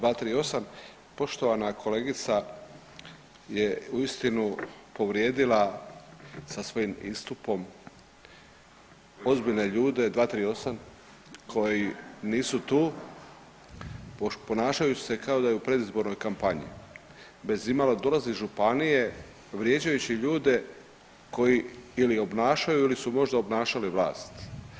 238., poštovana kolegica je uistinu povrijedila sa svojim istupom ozbiljne ljude, 238. koji nisu tu, ponašajući se kao da je u predizbornoj kampanji bez imalo, dolazi iz županije vrijeđajući ljude koji ili obnašaju ili su možda obnašali vlast.